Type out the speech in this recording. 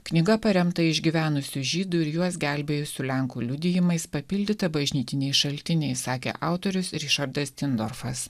knyga paremta išgyvenusių žydų ir juos gelbėjusių lenkų liudijimais papildyta bažnytiniais šaltiniais sakė autorius rišardas tindorfas